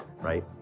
right